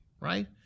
right